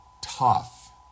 tough